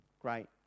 great